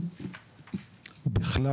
בכלל